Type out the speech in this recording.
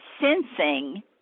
sensing